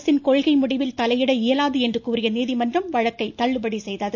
அரசின் கொள்கை முடிவில் தலையிட இயலாது என்றும் கூறிய நீதிமன்றம் வழக்கை தள்ளுபடி செய்தது